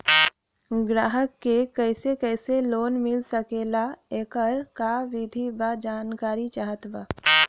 ग्राहक के कैसे कैसे लोन मिल सकेला येकर का विधि बा जानकारी चाहत बा?